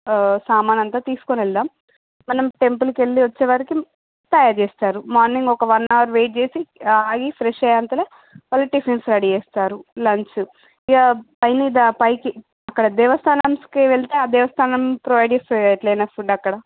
సామానంతా తీసుకొని వెళ్దాం మనం టెంపుల్కి వెళ్ళీ వచ్చేవరకి తయారు చేస్తారు మార్నింగ్ ఒక వన్ అవర్ వెయిట్ చేసి ఆయి ఫ్రెష్ అయ్యేంతలో మళ్ళీ టిఫిన్స్ రెడీ చేస్తారు లంచు పై మీద పైకి అక్కడ దేవస్థానమ్స్కి వెళ్తే దేవస్థానమ్ ప్రొవైడ్ చేస్తుంది కదా ఎట్లయినా ఫుడ్ అక్కడ